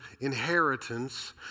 inheritance